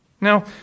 Now